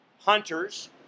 hunters